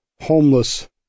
homeless